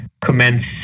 commence